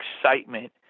excitement